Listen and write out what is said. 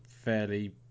fairly